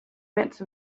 midst